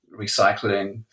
recycling